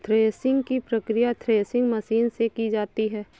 threshing की प्रकिया threshing machine से की जाती है